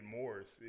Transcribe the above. Morris